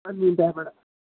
अनि त्यहाँबाट